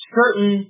certain